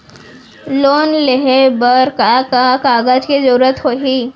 Loan लेहे बर का का कागज के जरूरत होही?